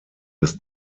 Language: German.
des